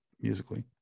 musically